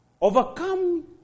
Overcome